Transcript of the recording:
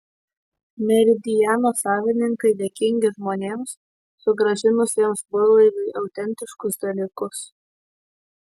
meridiano savininkai dėkingi žmonėms sugrąžinusiems burlaiviui autentiškus dalykus